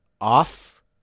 off